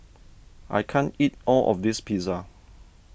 I can't eat all of this Pizza